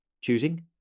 choosing